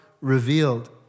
revealed